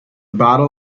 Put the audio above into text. battle